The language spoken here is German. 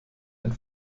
ein